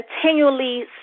continually